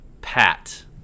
Pat